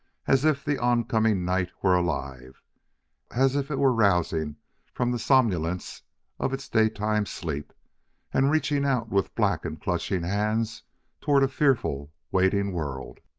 as if the oncoming night were alive as if it were rousing from the somnolence of its daytime sleep and reaching out with black and clutching hands toward a fearful, waiting world.